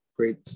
Great